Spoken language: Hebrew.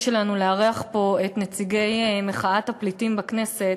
שלנו לארח פה את נציגי מחאת הפליטים בכנסת,